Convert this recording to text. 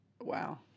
Wow